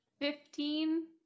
Fifteen